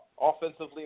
Offensively